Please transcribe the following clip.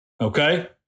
Okay